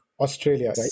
Australia